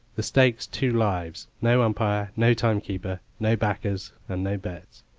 the stakes two lives, no umpire, no timekeeper, no backers, and no bets.